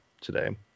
today